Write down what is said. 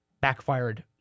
backfired